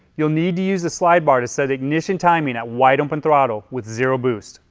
you'll need to use the slide bar to set ignition timing at wide-open throttle with zero boost.